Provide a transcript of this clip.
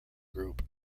group